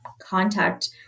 contact